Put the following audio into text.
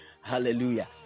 Hallelujah